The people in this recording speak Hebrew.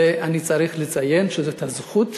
ואני צריך לציין שזאת הזכות,